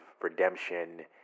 redemption